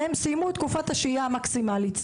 מהם סיימו את תקופת השהייה המקסימלית.